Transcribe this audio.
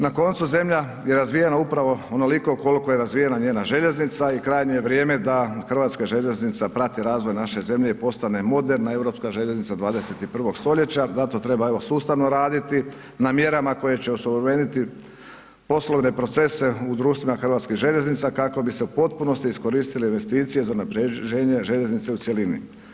Na koncu, zemlja je razvijena upravo onoliko koliko je razvijena njena željeznica i krajnje je vrijeme da hrvatska željeznica prati razvoj naše zemlje i postane moderna europska željeznica 21. stoljeća zato treba evo sustavno raditi na mjerama koje će osuvremeniti poslovne procese u društvima hrvatskih željeznica kako bi se u potpunosti iskoristile investicije za unapređenje željeznice u cjelini.